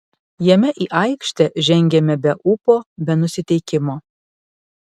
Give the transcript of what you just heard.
jame į aikštę žengėme be ūpo be nusiteikimo